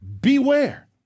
Beware